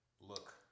look